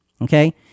Okay